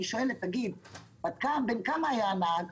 אני שואלת: בן כמה היה הנהג?